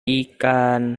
ikan